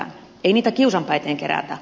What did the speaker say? ei niitä kiusanpäiten kerätä